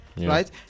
right